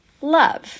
love